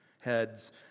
heads